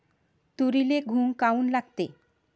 तुरीले घुंग काऊन लागते?